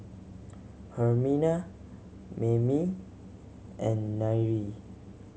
Hermina Mamie and Nyree